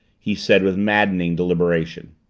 he said with maddening deliberation.